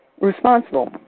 responsible